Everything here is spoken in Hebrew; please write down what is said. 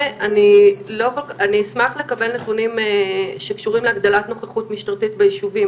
ואני אשמח לקבל נתונים שקשורים להגדלת נוכחות משטרתית ביישובים.